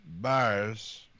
buyers